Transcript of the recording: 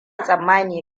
tsammani